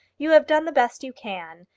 you have done the best you can,